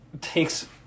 takes